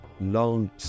long